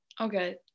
Okay